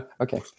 Okay